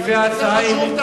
זה נושא חשוב.